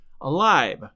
alive